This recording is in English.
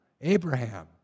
Abraham